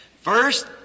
First